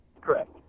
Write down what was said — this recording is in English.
Correct